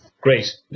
Great